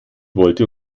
wollte